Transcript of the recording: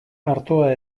artoa